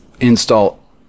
install